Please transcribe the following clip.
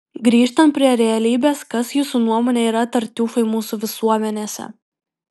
grįžtant prie realybės kas jūsų nuomone yra tartiufai mūsų visuomenėse